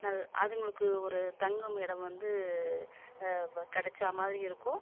நல் அதுங்களுக்கு ஒரு தங்கும் இடம் வந்து வ கெடைச்சா மாதிரியும் இருக்கும்